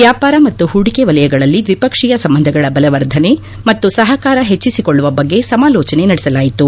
ವ್ಯಾಪಾರ ಮತ್ತು ಹೂಡಿಕೆ ವಲಯಗಳಲ್ಲಿ ದ್ವಿಪಕ್ಷೀಯ ಸಂಬಂಧಗಳ ಬಲವರ್ಧನೆ ಮತ್ತು ಸಪಕಾರ ಹೆಚ್ಚಿಸಿಕೊಳ್ಳುವ ಬಗ್ಗೆ ಸಮಾಲೋಚನೆ ನಡೆಸಲಾಯಿತು